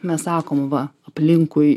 mes sakom va aplinkui